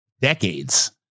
decades